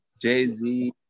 Jay-Z